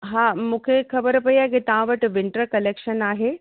हा मूंखे ख़बरु पई आहे की तव्हां वटि विंटर कलेक्शन आहे